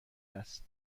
است